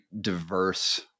diverse